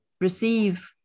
receive